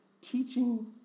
teaching